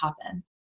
happen